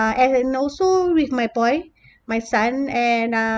uh and also with my boy my son and uh